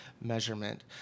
measurement